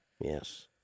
yes